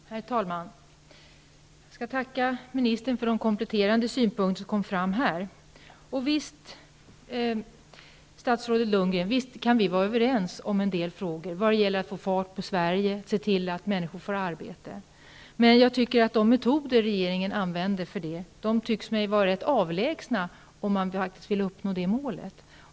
Herr talman! Jag tackar ministern för dessa kompletterande synpunkter. Visst, statsrådet Lundgren, kan vi vara överens i en del frågor när det gäller att få fart på Sverige och se till att människor får arbete. Men de metoder regeringen använder tycks mig vara rätt långsökta om man faktiskt vill uppnå det målet.